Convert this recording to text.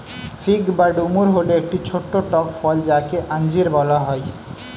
fig বা ডুমুর হল একটি ছোট্ট টক ফল যাকে আঞ্জির বলা হয়